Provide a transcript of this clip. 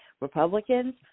Republicans